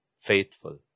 faithful